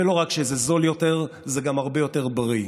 ולא רק שזה זול, זה גם הרבה יותר בריא.